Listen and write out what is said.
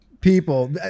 people